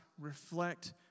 Reflect